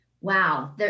Wow